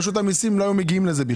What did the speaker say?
רשות המיסים בכלל לא הייתה מגיעה לזה.